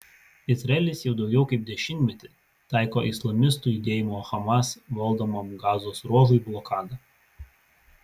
izraelis jau daugiau kaip dešimtmetį taiko islamistų judėjimo hamas valdomam gazos ruožui blokadą